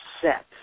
set